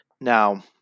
Now